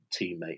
teammate